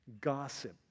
gossip